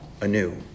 anew